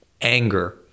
anger